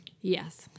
Yes